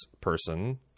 person